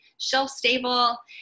shelf-stable